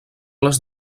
les